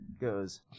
goes